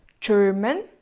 German